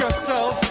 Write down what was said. so